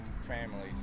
families